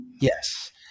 Yes